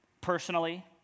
personally